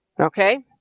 Okay